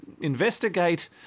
investigate